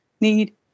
need